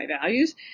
values